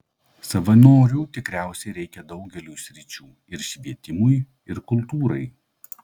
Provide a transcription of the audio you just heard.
savanorių tikriausiai reikia daugeliui sričių ir švietimui ir kultūrai